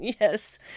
Yes